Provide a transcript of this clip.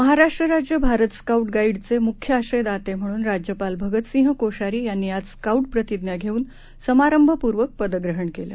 महाराष्ट्र राज्य भारत स्काऊट गाईडचे म्ख्य आश्रयदाते म्हणून राज्यपाल भगतसिंह कोश्यारी यांनी आज स्काऊट प्रतिज्ञा घेऊन समारंभपूर्वक पदग्रहण केलं